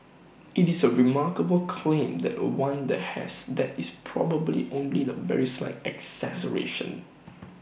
IT is A remarkable claim that one that has that is probably only the very slight exaggeration